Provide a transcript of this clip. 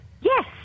Yes